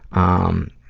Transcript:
um,